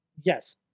Yes